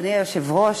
אדוני היושב-ראש,